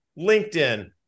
LinkedIn